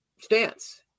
stance